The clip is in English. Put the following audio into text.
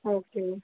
okay ma'am